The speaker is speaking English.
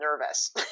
nervous